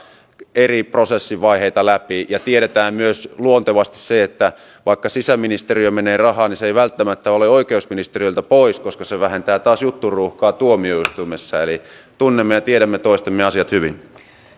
eri prosessivaiheita läpi ja tiedetään myös luontevasti se että vaikka sisäministeriöön menee rahaa niin se ei välttämättä ole oikeusministeriöltä pois koska se vähentää taas jutturuuhkaa tuomioistuimessa eli tunnemme ja tiedämme toistemme asiat hyvin